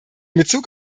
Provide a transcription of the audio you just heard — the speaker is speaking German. bezug